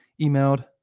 emailed